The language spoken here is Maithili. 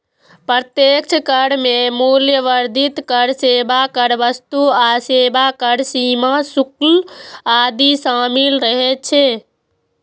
अप्रत्यक्ष कर मे मूल्य वर्धित कर, सेवा कर, वस्तु आ सेवा कर, सीमा शुल्क आदि शामिल रहै छै